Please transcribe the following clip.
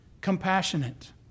compassionate